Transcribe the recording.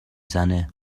زنه